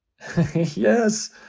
Yes